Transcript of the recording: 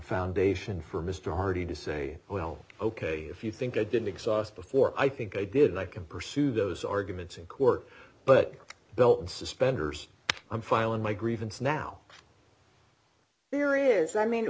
foundation for mr hardy to say well ok if you think i didn't exhaust before i think i did i can pursue those arguments in court but belt and suspenders i'm filing my grievance now there is i mean